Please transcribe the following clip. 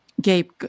Gabe